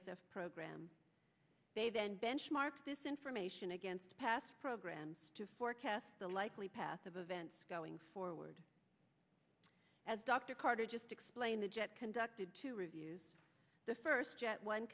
f program they then benchmark this information against past programs to forecast the likely path of events going forward as dr carter just explained the jet conducted two reviews the first